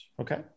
Okay